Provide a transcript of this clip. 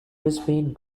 brisbane